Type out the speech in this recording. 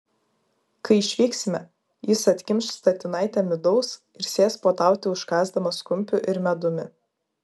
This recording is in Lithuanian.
kai išvyksime jis atkimš statinaitę midaus ir sės puotauti užkąsdamas kumpiu ir medumi